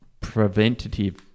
preventative